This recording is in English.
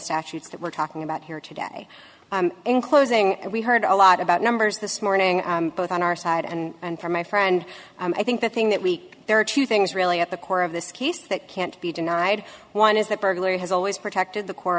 statutes that we're talking about here today in closing we heard a lot about numbers this morning both on our side and from my friend i think the thing that week there are two things really at the core of this case that can't be denied one is that burglary has always protected the core